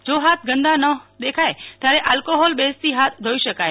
જો હાથ ગંદા ન દેખાય ત્યારે આલકોહોલ બેઝથી હાથ ધોઇ શકાય